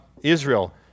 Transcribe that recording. israel